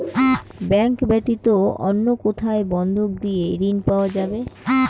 Bank ব্যাতীত অন্য কোথায় বন্ধক দিয়ে ঋন পাওয়া যাবে?